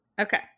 Okay